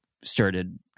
started